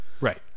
Right